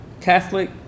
Catholic